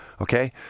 Okay